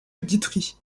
guitry